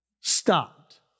stopped